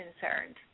concerned